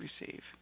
receive